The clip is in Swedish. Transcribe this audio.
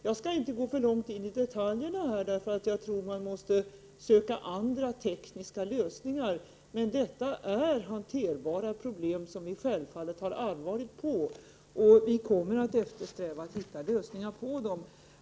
Jag skall inte gå för långt in på detaljerna här. Jag tror nämligen att man måste söka andra tekniska lösningar. Men detta är hanterbara problem, som vi självfallet tar allvarligt på. Vi kommer att eftersträva att hitta lösningar på dem.